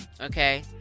Okay